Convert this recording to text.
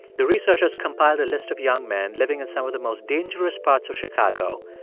the researchers compiled a list of young men living in some of the most dangerous parts of chicago.